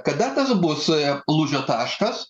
kada tas bus ė lūžio taškas